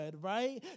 right